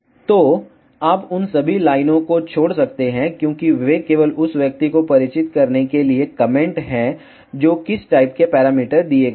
तो आप उन सभी लाइनों को छोड़ सकते हैं क्योंकि वे केवल उस व्यक्ति को परिचित करने के लिए कमेंट हैं जो किस टाइप के पैरामीटर दिए गए हैं